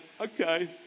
okay